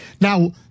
Now